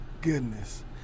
Goodness